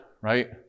right